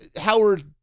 Howard